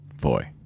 Boy